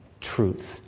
Truth